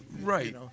Right